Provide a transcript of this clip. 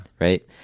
right